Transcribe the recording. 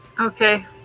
Okay